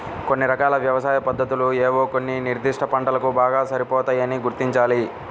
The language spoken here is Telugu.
కొన్ని రకాల వ్యవసాయ పద్ధతులు ఏవో కొన్ని నిర్దిష్ట పంటలకు బాగా సరిపోతాయని గుర్తించాలి